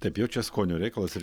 taip jau čia skonio reikalas ir